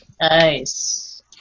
Nice